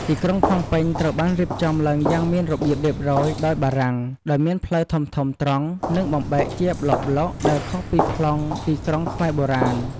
ទីក្រុងភ្នំពេញត្រូវបានរៀបចំឡើងយ៉ាងមានរបៀបរៀបរយដោយបារាំង ដោយមានផ្លូវធំៗត្រង់ និងបំបែកជាប្លុកៗ ដែលខុសពីប្លង់ទីក្រុងខ្មែរបុរាណ។